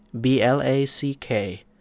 B-L-A-C-K